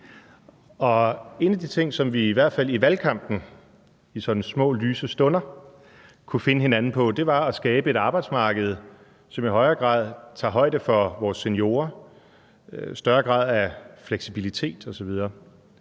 en af de ting, som vi i hvert fald i valgkampen – i sådan små lyse stunder – kunne finde hinanden om, var at skabe et arbejdsmarked, som i højere grad tager højde for vores seniorer, med en større grad af fleksibilitet osv.